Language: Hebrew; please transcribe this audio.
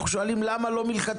אנחנו שואלים: למה לא מלכתחילה?